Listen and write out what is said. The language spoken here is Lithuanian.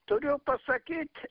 turiu pasakyt